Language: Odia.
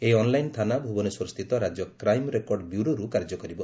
ଏହି ଅନ୍ଲାଇନ୍ ଥାନା ଭୁବନେଶ୍ୱରସ୍ଥିତ ରାଜ୍ୟ କ୍ରାଇମ୍ ରେକର୍ଡ ବ୍ୟୁରୋରୁ କାର୍ଯ୍ୟ କରିବ